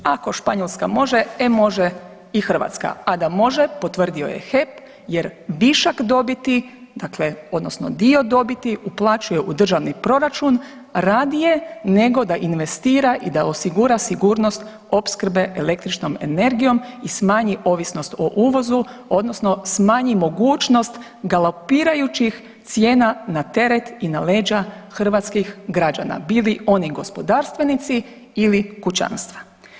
Ako Španjolska može, e može i Hrvatska, a da može potvrdio je HEP jer višak dobiti, dakle odnosno dio dobiti uplaćuje u državni proračun radije nego da investira i da osigura sigurnost opskrbe električnom energijom i smanji ovisnost o uvozu odnosno smanji mogućnost galopirajućih cijena na teret i na leđa hrvatskih građana, bili oni gospodarstvenici ili kućanstva.